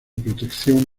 protección